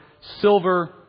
silver